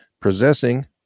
possessing